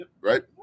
right